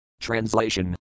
Translation